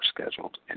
scheduled